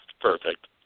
Perfect